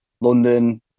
London